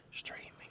streaming